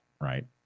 right